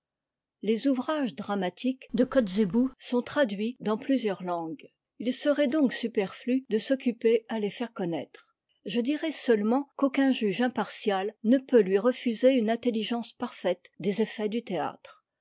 les ouvrages dramatiques de kotzebue sont traduits dans plusieurs langues il serait donc superflu de s'occuper à les faire connaître je dirai seulement qu'aucun juge impartial ne peut lui refuser une intelligence parfaite des effets du théâtre